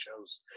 shows